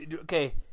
okay –